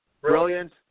brilliant